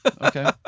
okay